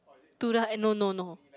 to the eh no no no